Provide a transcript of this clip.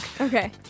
Okay